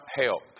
help